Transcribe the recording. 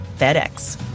FedEx